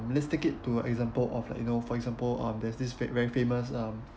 let's take it to example of like you know for example um there's this very famous um